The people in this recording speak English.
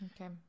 Okay